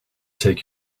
take